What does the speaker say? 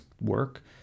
work